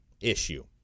issue